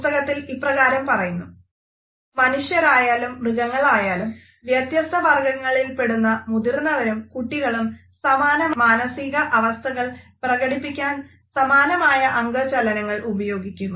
പുസ്തകത്തിൽ ഇപ്രകാരം പറയുന്നു മനുഷ്യരായാലും മൃഗങ്ങളായാലും വ്യത്യസ്ത വർഗ്ഗങ്ങളിൽപ്പെടുന്ന മുതിർന്നവരും കുട്ടികളും സമാന മാനസികാവസ്ഥകൾ പ്രകടിപ്പിക്കാൻ സമാനമായ അംഗചലനങ്ങൾ ഉപയോഗിക്കുന്നു